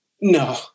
no